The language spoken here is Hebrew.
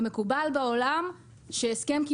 פנסיה זה מתוקף צו הרחבה.